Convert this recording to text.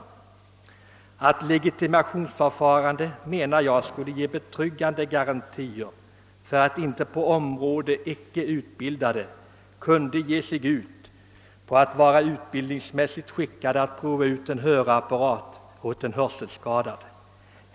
Men ett legitimationsförfarande, menade jag, skulle ge betryggande garantier för att inte på området icke utbildade kunde ge sig ut för att vara utbildningsmässigt skickade att prova ut en hörapparat åt en hörselskadad.